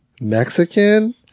Mexican